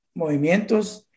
movimientos